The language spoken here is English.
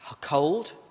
Cold